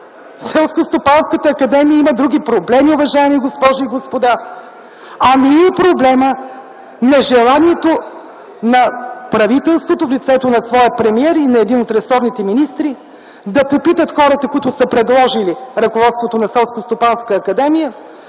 Селскостопанската академия има други проблеми, уважаеми госпожи и господа! А, не й е проблемът нежеланието на правителството, в лицето на своя премиер и на един от ресорните министри, да попитат хората, които са предложили ръководството на Селскостопанска академия: